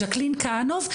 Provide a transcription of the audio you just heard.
ז'קלין כהנוב,